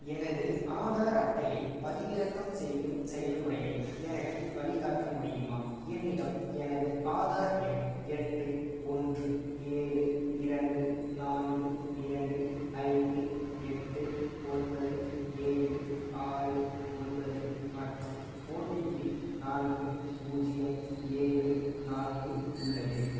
எனது ஆதார் அட்டையைப் பதிவிறக்கம் செய்யும் செயல்முறையை எனக்கு வழிகாட்ட முடியுமா என்னிடம் எனது ஆதார் எண் எட்டு ஒன்று ஏழு இரண்டு நான்கு இரண்டு ஐந்து எட்டு ஒன்பது ஏழு ஆறு ஒன்பது மற்றும் ஓடிபி நான்கு பூஜ்ஜியம் ஏழு நான்கு உள்ளது